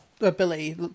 ability